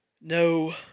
No